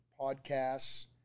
podcasts